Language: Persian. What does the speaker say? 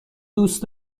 دوست